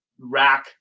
rack